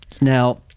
Now